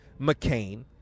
McCain